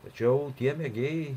tačiau tie mėgėjai